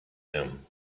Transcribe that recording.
him